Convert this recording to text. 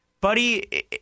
Buddy